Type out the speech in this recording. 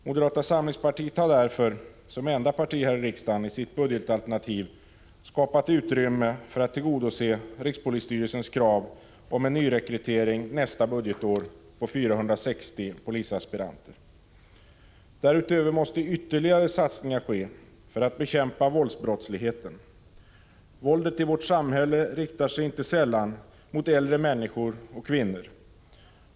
Moderata samlingspartiet har därför som enda parti här i riksdagen i sitt budgetalternativ skapat utrymme för att tillgodose rikspolisstyrelsens krav på en nyrekrytering nästa budgetår av 460 polisaspiranter. Därutöver måste ytterligare satsningar göras för att bekämpa våldsbrottsligheten. Våldet i vårt samhälle riktar sig inte sällan mot äldre människor och kvinnor.